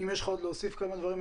אם יש לך עוד משהו להוסיף כמה דברים,